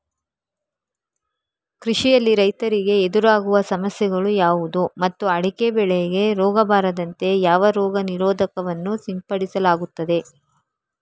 ಕೃಷಿಯಲ್ಲಿ ರೈತರಿಗೆ ಎದುರಾಗುವ ಸಮಸ್ಯೆಗಳು ಯಾವುದು ಮತ್ತು ಅಡಿಕೆ ಬೆಳೆಗೆ ರೋಗ ಬಾರದಂತೆ ಯಾವ ರೋಗ ನಿರೋಧಕ ವನ್ನು ಸಿಂಪಡಿಸಲಾಗುತ್ತದೆ?